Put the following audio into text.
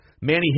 Manny